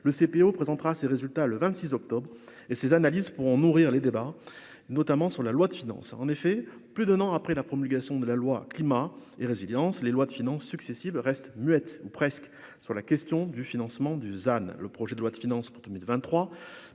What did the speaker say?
le CPO présentera ses résultats le 26 octobre et ces analyses pour nourrir les débats, notamment sur la loi de finances a en effet plus d'un an après la promulgation de la loi climat et résilience les lois de finance successives reste muette ou presque sur la question du financement du Zan, le projet de loi de finances pour 2023